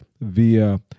via